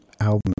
album